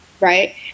Right